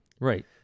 Right